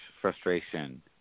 frustration